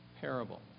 parable